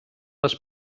les